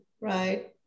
right